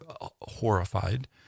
horrified